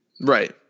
Right